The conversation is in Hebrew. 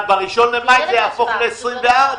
לא, אבל ב-1 במאי זה יהפוך ל-24.